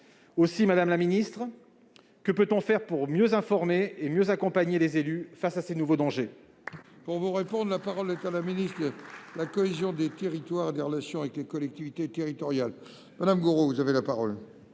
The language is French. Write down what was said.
Aussi, madame la ministre, que peut-on faire pour mieux informer et mieux accompagner les élus face à ces nouveaux dangers ? La parole est à Mme la ministre de la cohésion des territoires et des relations avec les collectivités territoriales. Monsieur le sénateur Éric